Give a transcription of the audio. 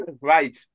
Right